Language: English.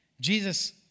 Jesus